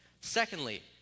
Secondly